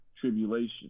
Tribulation